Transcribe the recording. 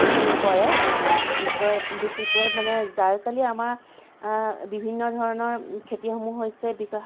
খেতি কৰে কি কয় বিশেষকৈ মানে জাৰকালি আমাৰ বিভিন্ন ধৰণৰ খেতিসমূহ হৈছে